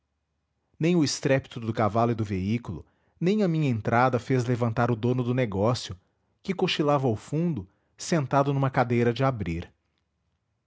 nem o estrépito do cavalo e do veículo nem a minha entrada fez levantar o dono do negócio que cochilava ao fundo sentado numa cadeira de abrir